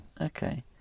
okay